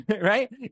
right